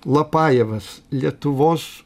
lapajevas lietuvos